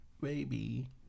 baby